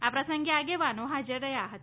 આ પ્રસંગે આગેવાનો હા જર રહ્યા હતા